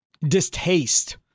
distaste